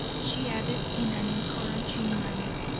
she added, in an encouraging manner,